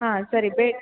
ಹಾಂ ಸರಿ ಬೇ